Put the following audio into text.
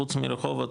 חוץ מרחובות,